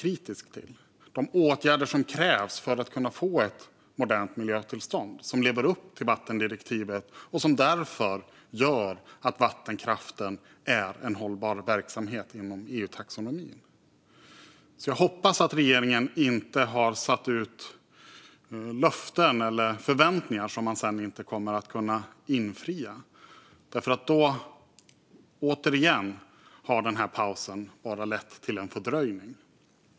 Det handlar om de åtgärder som krävs för att få ett modernt miljötillstånd, som lever upp till vattendirektivet och som därför gör att vattenkraften är en hållbar verksamhet inom EU-taxonomin. Jag hoppas att regeringen inte har gett löften eller gett upphov till förväntningar som man sedan inte kan infria. Då har återigen pausen bara lett till en fördröjning.